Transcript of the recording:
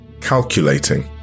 calculating